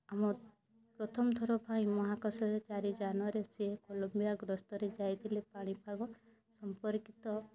ଆମ ପ୍ରଥମ ଥର ପାଇଁ ମହାକାଶରେ ଚାରି ଯାନରେ ସିଏ କଲୋମ୍ବିଆ ଗ୍ରସ୍ତରେ ଯାଇଥିଲେ ପାଣିପାଗ ସମ୍ପର୍କିତ